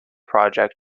project